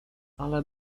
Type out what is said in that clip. ale